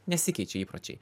nesikeičia įpročiai